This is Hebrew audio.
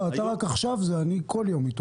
אתה רק עכשיו איתו כך, אבל אני כך כל יום.